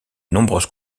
nombreuses